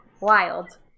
Wild